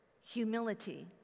humility